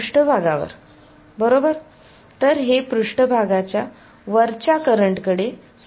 पृष्ठभागावर बरोबर तर हे पृष्ठभागा वरच्या करंट कडे सूचित करते